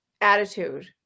attitude